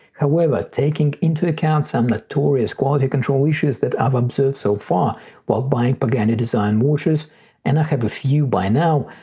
however, taking into account some notorious quality control issues that i've observed so far while buying pagani design washers and i have a few by now.